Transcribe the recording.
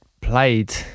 played